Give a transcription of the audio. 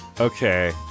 Okay